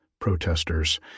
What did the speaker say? protesters